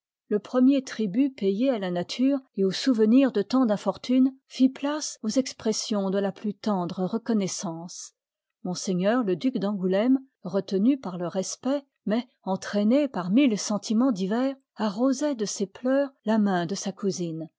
le premier tribut payé à la nature et au souvenir de tant d'infortunes fit place aux expressions de la plus tendre reconnoissance m le duc d'angoulême retenu par le respect mais entraîné par mille sentimens divers arrosoit de ses y pleurs la main de sa cousine